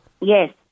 Yes